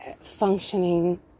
functioning